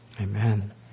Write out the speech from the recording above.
Amen